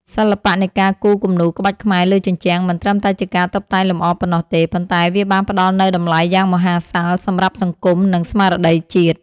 សិល្បៈនៃការគូរគំនូរក្បាច់ខ្មែរលើជញ្ជាំង មិនត្រឹមតែជាការតុបតែងលម្អប៉ុណ្ណោះទេ ប៉ុន្តែវាបានផ្ដល់នូវតម្លៃយ៉ាងមហាសាលសម្រាប់សង្គម និងស្មារតីជាតិ។